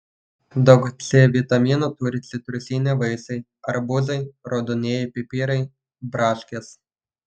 daug c vitamino turi citrusiniai vaisiai arbūzai raudonieji pipirai braškės